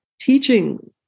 teaching